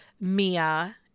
Mia